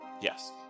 Yes